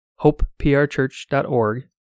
hopeprchurch.org